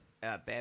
bad